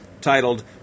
titled